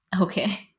okay